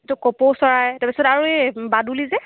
এইটো কপৌ চৰাই তাৰ পিছত আৰু এই বাদুলি যে